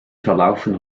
verlaufen